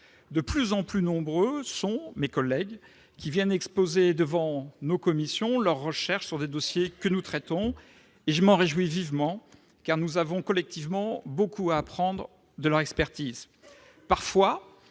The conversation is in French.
De plus en plus nombreux sont mes collègues qui viennent exposer devant nos commissions leurs recherches sur des dossiers que nous traitons, et je m'en réjouis vivement, car nous avons collectivement beaucoup à apprendre de leur expertise. Parfois,